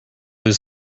was